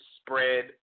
spread